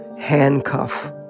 handcuff